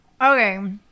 Okay